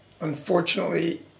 Unfortunately